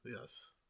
Yes